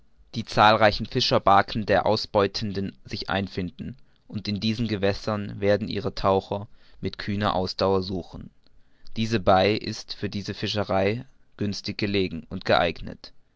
die zahlreichen fischerbarken der ausbeutenden sich einfinden und in diesen gewässern werden ihre taucher mit kühner ausdauer suchen diese bai ist für diese art fischerei günstig gelegen und geeignet